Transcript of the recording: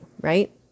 Right